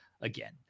again